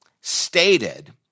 stated